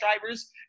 drivers